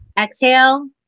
Exhale